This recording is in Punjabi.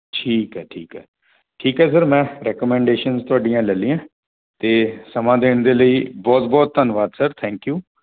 ਠੀਕ ਹੈ ਠੀਕ ਹੈ ਠੀਕ ਹੈ ਸਰ ਮੈਂ ਰਿਕਮੈਂਡੇਸ਼ਨ ਤੁਹਾਡੀਆਂ ਲੈ ਲਈਆਂ ਅਤੇ ਸਮਾਂ ਦੇਣ ਦੇ ਲਈ ਬਹੁਤ ਬਹੁਤ ਧੰਨਵਾਦ ਸਰ ਥੈਂਕ ਯੂ